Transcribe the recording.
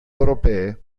europee